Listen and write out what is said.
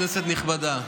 כנסת נכבדה,